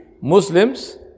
Muslims